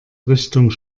richtung